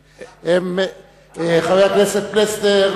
חבר הכנסת פלסנר,